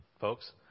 folks